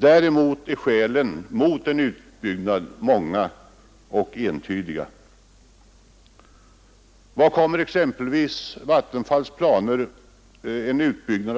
Däremot är skälen mot en utbyggnad redan många och entydiga. Vad kommer t.ex. en utbyggnad enligt Vattenfalls planer